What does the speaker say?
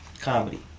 Comedy